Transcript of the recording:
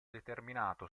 determinato